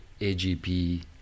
AGP